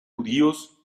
judíos